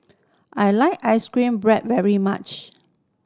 I like ice cream bread very much